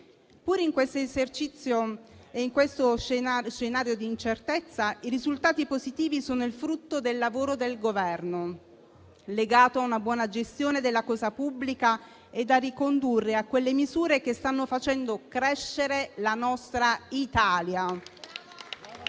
Pur in questo esercizio e in questo scenario di incertezza, i risultati positivi sono il frutto del lavoro del Governo, legato a una buona gestione della cosa pubblica e da ricondurre a quelle misure che stanno facendo crescere la nostra Italia.